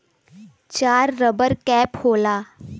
चार rubber cap होला